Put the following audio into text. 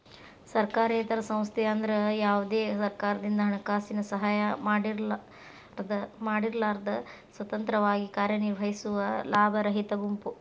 ಸರ್ಕಾರೇತರ ಸಂಸ್ಥೆ ಅಂದ್ರ ಯಾವ್ದೇ ಸರ್ಕಾರದಿಂದ ಹಣಕಾಸಿನ ಸಹಾಯ ಪಡಿಲಾರ್ದ ಸ್ವತಂತ್ರವಾಗಿ ಕಾರ್ಯನಿರ್ವಹಿಸುವ ಲಾಭರಹಿತ ಗುಂಪು